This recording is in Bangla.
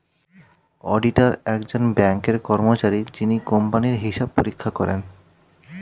অডিটার একজন ব্যাঙ্কের কর্মচারী যিনি কোম্পানির হিসাব পরীক্ষা করেন